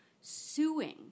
suing